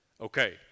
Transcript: Okay